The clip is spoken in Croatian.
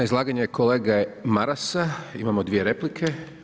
Na izlaganje kolege Marasa imamo dvije replike.